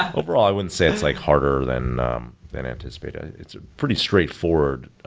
ah overall, i wouldn't say it's like harder than um than anticipated. it's a pretty straightforward.